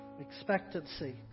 expectancy